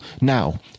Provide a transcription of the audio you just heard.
Now